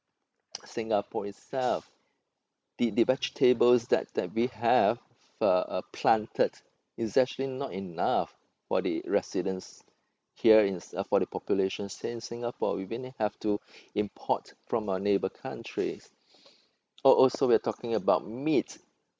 singapore itself the the vegetables that that we have uh uh planted is actually not enough for the residents here in uh for the population here in singapore we even have to import from our neighbour countries al~ also we're talking about meat